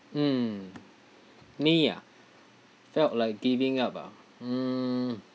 mm me ah felt like giving up ah mm